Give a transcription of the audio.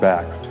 Back